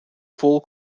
full